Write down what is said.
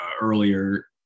earlier